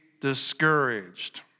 discouraged